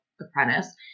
apprentice